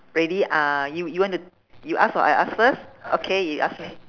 ready ah you you want to you ask or I ask first okay you ask me